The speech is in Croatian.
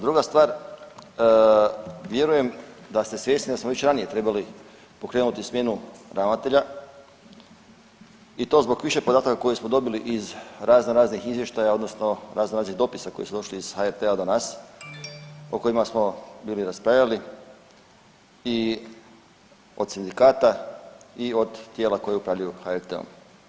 Druga stvar, vjerujem da ste svjesni da smo već ranije trebali pokrenuti smjenu ravnatelja i to zbog više podataka koje smo dobili iz raznoraznih izvještaja odnosno raznoraznih dopisa koji su došli iz HRT-a do nas o kojima smo bili raspravljali i od sindikata i od tijela koji upravljaju HRT-om.